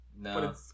No